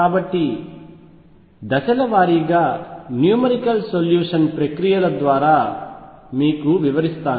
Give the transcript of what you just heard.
కాబట్టి దశలవారీగా numerical solution ప్రక్రియల ద్వారా మీకు వివరిస్తాను